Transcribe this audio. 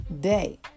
day